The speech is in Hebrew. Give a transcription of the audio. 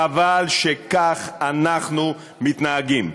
חבל שכך אנחנו מתנהגים.